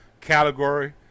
category